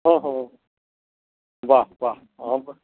हँ हँ वाह वाह